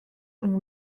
ont